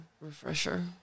refresher